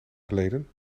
geleden